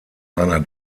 einer